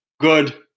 good